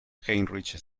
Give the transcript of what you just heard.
heinrich